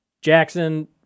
Jackson